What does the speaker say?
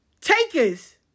takers